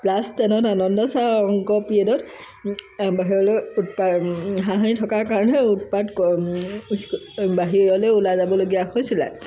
class টেনত আনন্দ ছাৰৰ অংক পিৰিয়ডত বাহিৰলৈ উৎপা হাঁহি থকাৰ কাৰণে উৎপাত বাহিৰলৈ ওলাই যাবলগীয়া হৈছিলে